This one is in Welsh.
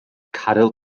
caryl